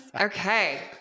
Okay